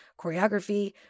choreography